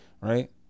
right